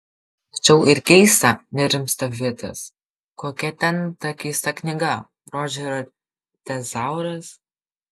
tačiau ir keista nerimsta vitas kokia ten ta keista knyga rodžerio tezauras